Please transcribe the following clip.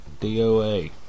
DOA